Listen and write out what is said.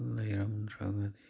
ꯂꯩꯔꯝꯗ꯭ꯔꯒꯗꯤ